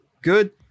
Good